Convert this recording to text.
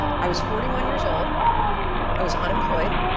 i was forty one years old i was unemployed,